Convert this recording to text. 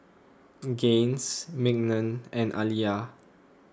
Gaines Mignon and Aliyah